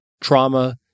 trauma